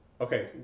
Okay